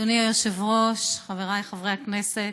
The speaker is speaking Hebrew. אדוני היושב-ראש, חבריי חברי הכנסת,